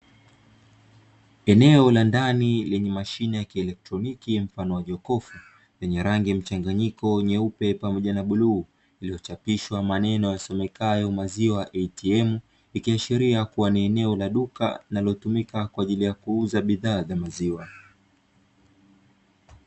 Eneo la ndani lenye mashine ya kieloktroniki mfano wa jokofu lenye rangi mchanganyiko nyeupe pamoja na bluu iliyochapishwa maneno yasomekayo "Maziwa ATM" ikiashiria kuwa ni eneo la duka linalotumika kwa ajili ya kuuza bidhaa za maziwa.